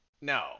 No